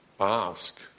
ask